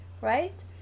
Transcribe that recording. right